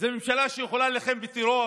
זו מלחמה שיכולה להילחם בטרור?